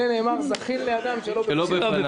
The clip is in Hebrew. על זה נאמר: זכין לאדם שלא בפניו.